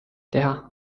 teha